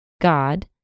God